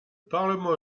parlement